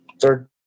third